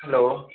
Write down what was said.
hello